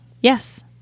Yes